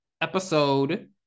episode